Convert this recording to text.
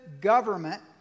government